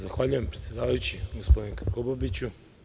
Zahvaljujem predsedavajući, gospodine Krkobabiću.